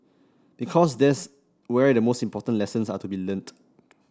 because that's where the most important lessons are to be learnt